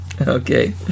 Okay